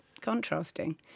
Contrasting